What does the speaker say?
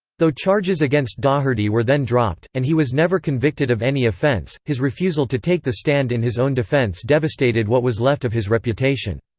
though charges against daugherty were then dropped, and he was never convicted of any offense, his refusal to take the stand in his own defense devastated what was left of his reputation.